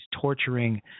torturing